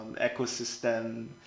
ecosystem